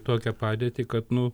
tokią padėtį kad nu